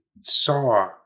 saw